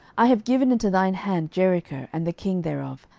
i have given into thine hand jericho, and the king thereof,